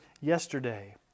yesterday